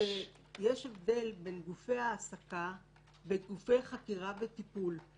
שיש הבדל בין גופי העסקה לגופי חקירה וטיפול.